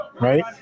right